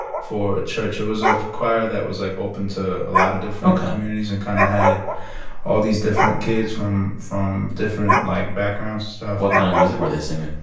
for a church. it was a choir that was, like, open to a lot of different. ok. communities and kind of had all these different kids from from different, like, backgrounds and stuff what kind of music were they singing?